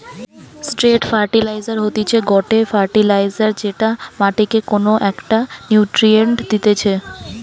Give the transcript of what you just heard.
straight fertiliser হতিছে গটে fertiliser যেটা মাটিকে কোনো একটো নিউট্রিয়েন্ট দিতেছে